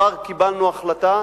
כבר קיבלנו החלטה